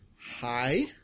hi